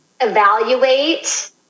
evaluate